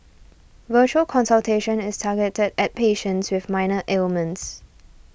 virtual consultation is targeted at patients with minor ailments